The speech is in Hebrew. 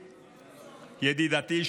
ידידתי,